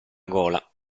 gola